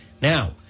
Now